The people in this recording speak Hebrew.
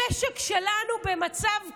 המשק שלנו במצב קשה.